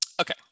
Okay